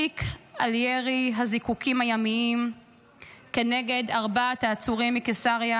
התיק על ירי הזיקוקים הימיים כנגד ארבעת העצורים מקיסריה